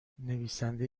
نویسنده